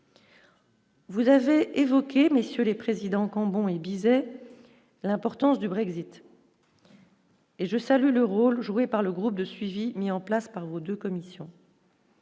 Vous avez évoqué, messieurs les présidents, Cambon et Bizet l'importance du Brexit. Et je salue le rôle joué par le groupe de suivi mis en place par vos 2 commissions.